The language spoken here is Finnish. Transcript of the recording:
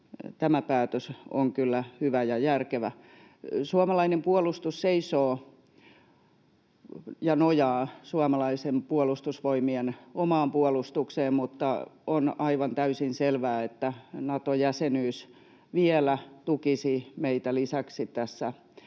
tämä päätös on kyllä hyvä ja järkevä. Suomalainen puolustus nojaa suomalaisten puolustusvoimien omaan puolustukseen, mutta on aivan täysin selvää, että Nato-jäsenyys vielä lisäksi tukisi meitä tässä